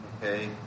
okay